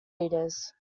leaders